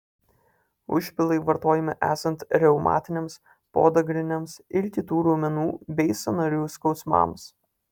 užpilai vartojami esant reumatiniams podagriniams ir kitų raumenų bei sąnarių skausmams